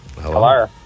Hello